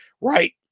right